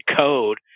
code